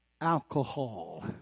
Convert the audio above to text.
alcohol